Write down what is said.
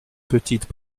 petites